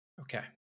Okay